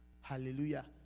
hallelujah